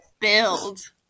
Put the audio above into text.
build